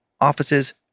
offices